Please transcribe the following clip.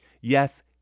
Yes